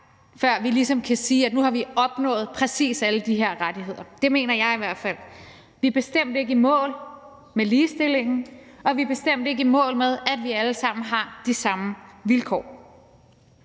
ligesom kan sige, at nu har vi opnået præcis alle de her rettigheder – det mener jeg i hvert fald. Vi er bestemt ikke i mål med ligestillingen, og vi er bestemt ikke i mål med, at vi alle sammen har de samme vilkår.